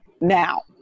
now